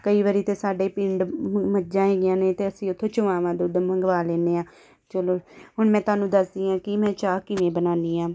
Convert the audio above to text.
ਕਈ ਵਾਰੀ ਤਾਂ ਸਾਡੇ ਪਿੰਡ ਮੱਝਾਂ ਹੈਗੀਆਂ ਨੇ ਅਤੇ ਅਸੀਂ ਉੱਥੋਂ ਚੁਆਵਾਂ ਦੁੱਧ ਮੰਗਵਾ ਲੈਂਦੇ ਹਾਂ ਚਲੋ ਹੁਣ ਮੈਂ ਤੁਹਾਨੂੰ ਦੱਸਦੀ ਹਾਂ ਕਿ ਮੈਂ ਚਾਹ ਕਿਵੇਂ ਬਣਾਉਂਦੀ ਹਾਂ